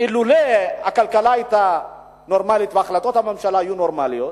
אילו הכלכלה היתה נורמלית והחלטות הממשלה היו נורמליות,